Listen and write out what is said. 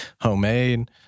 homemade